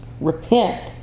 Repent